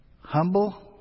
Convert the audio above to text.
humble